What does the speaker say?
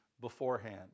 beforehand